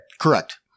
Correct